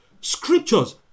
scriptures